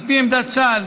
על פי עמדת צה"ל,